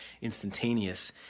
instantaneous